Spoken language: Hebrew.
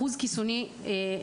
אחוזי כיסוי גבוה,